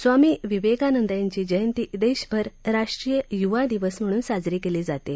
स्वामी विवेकानंद यांची जयंती देशभर राष्ट्रीय युवा दिवस म्हणून साजरी केली जाते